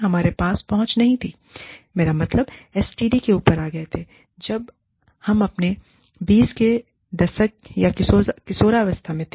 हमारे पास पहुंच नहीं थी मेरा मतलब है एसटीडी के ऊपर आ गए थे जब हम अपने 20 के दशक या किशोरावस्था में थे